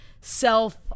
self